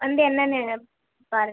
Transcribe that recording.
வந்து என்னென்னு பாருங்கள்